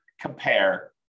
compare